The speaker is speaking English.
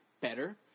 better